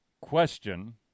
question